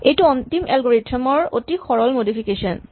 এইটো অন্তিম এলগৰিথম ৰ অতি সৰল মডিফিকেচন